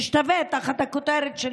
שתשתווה להכנסה של הגברים תחת הכותרת של